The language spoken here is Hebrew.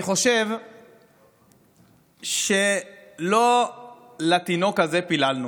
אני חושב שלא לתינוק הזה פיללנו.